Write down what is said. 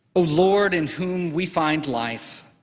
ah lord, in whom we find life,